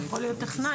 זה יכול להיות טכנאי.